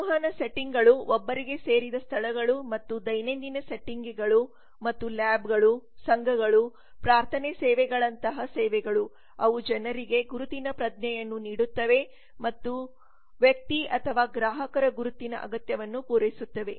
ಸಂವಹನ ಸೆಟ್ಟಿಂಗ್ಗಳು ಒಬ್ಬರಿಗೆ ಸೇರಿದ ಸ್ಥಳಗಳು ಮತ್ತು ದೈನಂದಿನ ಸೆಟ್ಟಿಂಗ್ಗಳು ಮತ್ತು ಲ್ಯಾಬ್ಗಳು ಸಂಘಗಳು ಪ್ರಾರ್ಥನೆ ಸೇವೆಗಳಂತಹ ಸೇವೆಗಳು ಅವು ಜನರಿಗೆ ಗುರುತಿನ ಪ್ರಜ್ಞೆಯನ್ನು ನೀಡುತ್ತವೆ ಮತ್ತು ವ್ಯಕ್ತಿ ಅಥವಾ ಗ್ರಾಹಕರ ಗುರುತಿನ ಅಗತ್ಯವನ್ನು ಪೂರೈಸುತ್ತವೆ